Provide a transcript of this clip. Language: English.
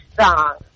song